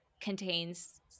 contains